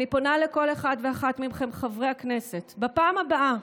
אני פונה לכל אחד ואחת מכם, חברי הכנסת, בפעם הבאה